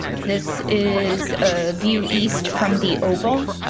this is a view east from the oval.